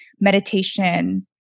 meditation